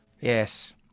Yes